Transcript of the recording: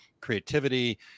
creativity